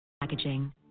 packaging